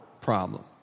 problem